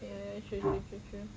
ya ya true true true true